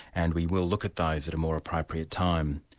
and we will look at those at a more appropriate time.